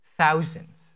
Thousands